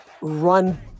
run